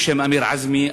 בשם אמיר עזמי,